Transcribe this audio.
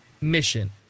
mission